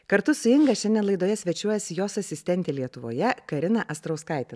kartu su inga šiandien laidoje svečiuojasi jos asistentė lietuvoje karina astrauskaitė